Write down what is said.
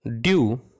due